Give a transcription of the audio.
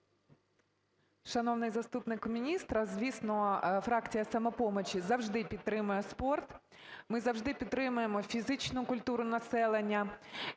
Шановний заступнику міністра, звісно, фракція "Самопомочі" завжди підтримує спорт. Ми завжди підтримуємо фізичну культуру населення.